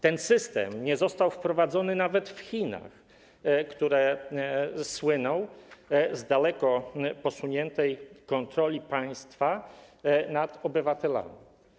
Ten system nie został wprowadzony nawet w Chinach, które słyną z daleko posuniętej kontroli państwa nad obywatelami.